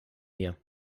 mir